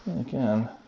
Again